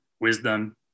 wisdom